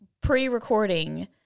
pre-recording